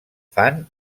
fan